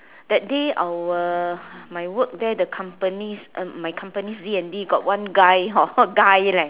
that day our my work there the companies uh my companies D and D got one guy hor guy leh